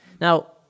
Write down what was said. Now